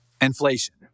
inflation